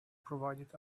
provided